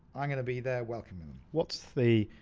i'm gonna be there welcoming them. what's the,